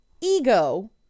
ego